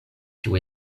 kiu